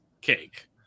cake